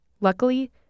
Luckily